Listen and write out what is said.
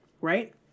right